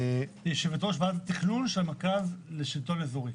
יושבת-ראש של ועדת התכנון של המרכז לשלטון אזורי.